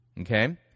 Okay